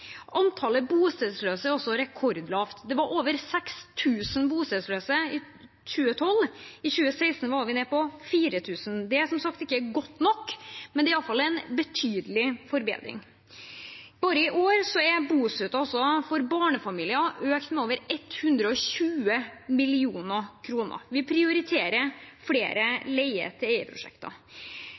Antallet bostedsløse er også rekordlavt. Det var over 6 000 bostedsløse i 2012. I 2016 var vi nede på 4 000. Det er som sagt ikke godt nok, men det er iallfall en betydelig forbedring. Bare i år er bostøtten også for barnefamilier økt med over 120 mill. kr. Vi prioriterer flere